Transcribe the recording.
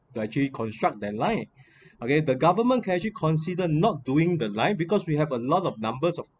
to actually construct their line okay the government can actually consider not doing the line because we have a lot of numbers of